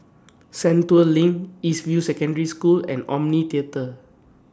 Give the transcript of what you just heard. Sentul LINK East View Secondary School and Omni Theatre